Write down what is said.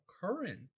current